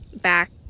back